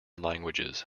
languages